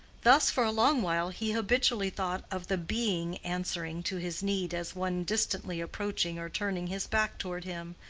thus, for a long while, he habitually thought of the being answering to his need as one distantly approaching or turning his back toward him,